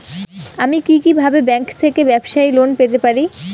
আমি কি কিভাবে ব্যাংক থেকে ব্যবসায়ী লোন পেতে পারি?